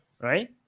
Right